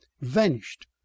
vanished